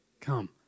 come